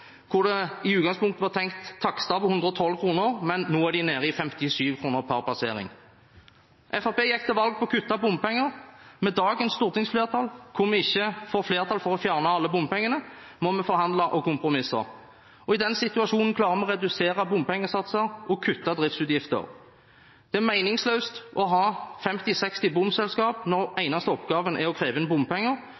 hvor det i utgangspunktet var tenkt en takst på 112 kr, mens den nå er nede i 57 kr per passering. Fremskrittspartiet gikk til valg på å kutte bompenger. Med dagens stortingsflertall, hvor man ikke får flertall for å fjerne alle bompengene, må vi forhandle og kompromisse. Og i den situasjonen klarer vi å redusere bompengesatser og kutte driftsutgifter. Det er meningsløst å ha 50–60 bomselskaper, når deres eneste oppgave er å kreve inn bompenger.